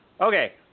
Okay